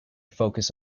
focus